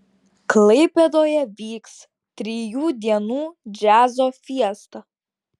klaipėdoje vyks trijų dienų džiazo fiesta